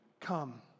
come